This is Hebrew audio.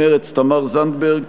מרצ: תמר זנדברג.